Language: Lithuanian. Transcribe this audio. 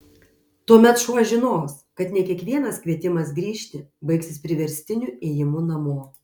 tuomet šuo žinos kad ne kiekvienas kvietimas grįžti baigsis priverstiniu ėjimu namo